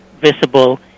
visible